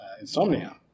insomnia